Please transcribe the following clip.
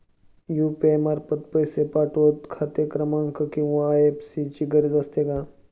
UPI मार्फत पैसे पाठवता खाते क्रमांक किंवा आय.एफ.एस.सी ची गरज असते का?